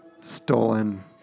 Stolen